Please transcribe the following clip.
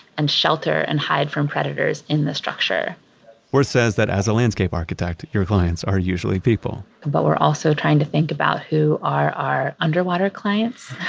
and shelter and hide from predators in the structure wirth says that as a landscape architect, your clients are usually people but we're also trying to think about who are our underwater clients,